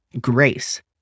grace